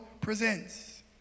presents